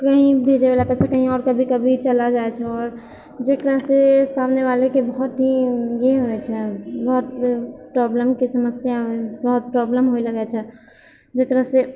कही भेजै बला पैसा कही आओर कभी कभी चला जाइत छै आओर जेकरासँ सामने वालेके बहुत ही होइत छै बहुत प्रॉब्लमके समस्या बहुत प्रॉब्लम होए लगैत छै जेकरासँ